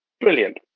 brilliant